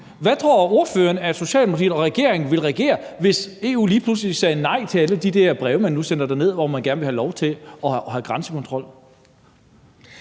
hvordan tror ordføreren at Socialdemokratiet og regeringen ville reagere, hvis EU lige pludselig sagde nej til alle de der breve, man nu sender derned, hvor man gerne vil have lov til at have grænsekontrol?